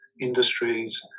industries